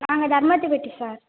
நாங்கள் தருமத்துப்பட்டி சார்